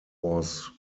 was